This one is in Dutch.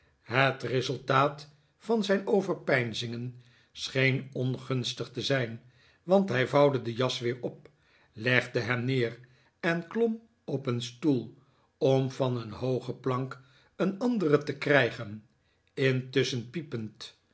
het resultaat van zijn overpeinzingen scheen ongunstig te zijri want hij vouwde de jas weer op legde hem neer en klom op een stoel om van een hooge plank een andere te krijgen intusschen piepend